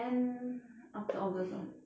end after august lor